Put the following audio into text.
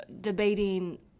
debating